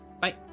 Bye